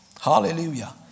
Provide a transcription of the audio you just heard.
Hallelujah